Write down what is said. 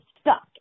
stuck